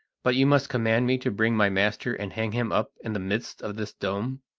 but you must command me to bring my master and hang him up in the midst of this dome?